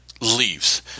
leaves